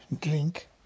drink